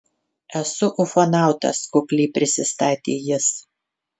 esu ufonautas kukliai prisistatė jis